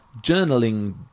Journaling